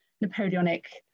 Napoleonic